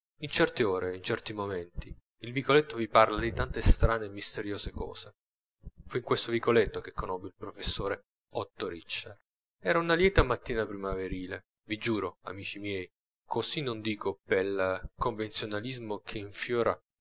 in certe ore in certi momenti il vicoletto vi parla di tante strane e misteriose cose fu in questo vicoletto che conobbi il professore otto richter era una lieta mattina primaverile vi giuro amici miei così non dico pel convenzionalismo che infiora